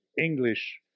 English